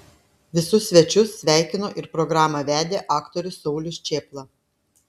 visus svečius sveikino ir programą vedė aktorius saulius čėpla